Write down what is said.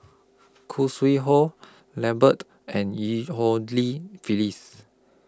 Khoo Sui Hoe Lambert and EU Ho Li Phyllis